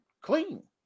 clean